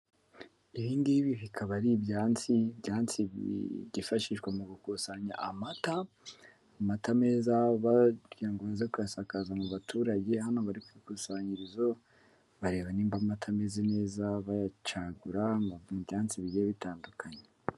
Ibi ngibi bikaba ari ibyansi. Ibyansi byifashishwa mu gukusanya amata; amata meza bakunze kuyasakaza mu baturage. Hano bari ku ikusanyirizo bareba niba amata ameze neza, bayacagura mu byansi bigiye bitandukanye.